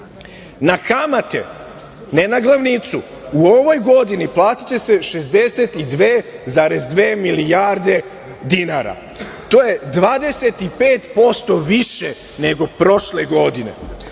kamate, ne na glavnicu u ovoj godini platiće se 62,2 milijarde dinara, to je 25% više nego prošle godine.